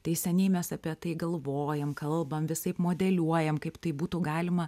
tai seniai mes apie tai galvojam kalbam visaip modeliuojam kaip tai būtų galima